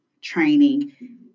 training